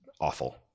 awful